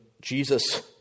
Jesus